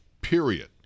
period